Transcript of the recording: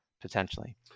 potentially